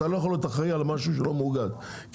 אתה לא יכול להיות אחראי על משהו שלא מאוגד כי